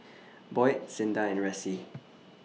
Boyd Cinda and Ressie